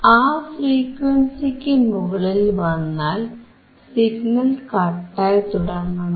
ആ ഫ്രീക്വൻസിക്കു മുകളിൽ വന്നാൽ സിഗ്നൽ കട്ട് ആയിത്തുടങ്ങണം